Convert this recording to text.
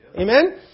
Amen